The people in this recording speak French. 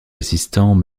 assistants